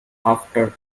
after